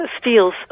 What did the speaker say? steals